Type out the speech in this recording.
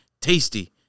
tasty